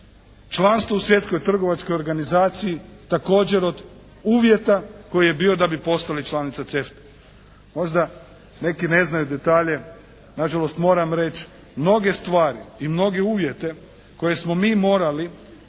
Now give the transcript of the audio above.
Članstvo u Svjetskoj trgovačkoj organizaciji također od uvjeta koji je bio da bi postali članica CEFTA-e. Možda neki ne znaju detalje. Nažalost, moram reći. Mnoge stvari i mnoge uvjete koje smo mi morali